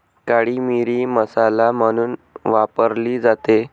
काळी मिरी मसाला म्हणून वापरली जाते